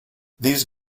these